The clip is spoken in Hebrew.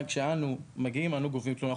כשאנחנו מגיעים אנחנו גובים תלונה.